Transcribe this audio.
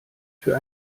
für